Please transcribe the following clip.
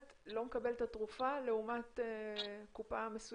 לא מקבל את התרופה לעומת קופה מסוימת?